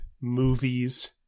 movies